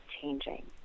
changing